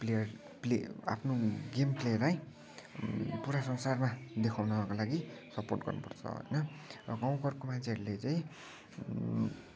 player play आफ्नो game प्लेलाई पुरा संसारमा देखाउनको लागि सपोर्ट गर्नुपर्छ होइन र गाउँ घरको मान्छेहरूले चाहिँ